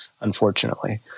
unfortunately